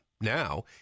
Now